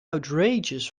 outrageous